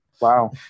Wow